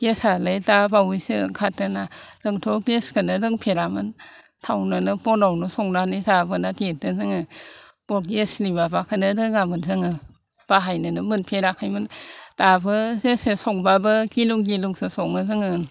गेसालाय दाबावैसो ओंखारदोना जोंथ' गेसखौनो रोंफेरामोन सावनोनो बनावनो संनानै जाबोना देरदो जोङो बाव गेसनि माबाखौनो रोङामोन जोङो बाहायनोनो मोनफेराखैमोन दाबो गेसजों संब्लाबो गिलुं गिलुंसो सङो जोङो